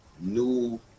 new